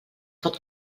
pot